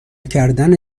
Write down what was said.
کردن